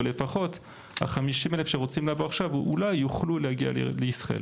ולפחות ה-50,000 שרוצים לבוא עכשיו אולי יוכלו להגיע לישראל,